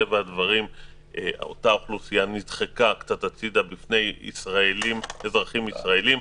אותה אוכלוסייה נדחקה קצת הצידה מפני אזרחים ישראלים.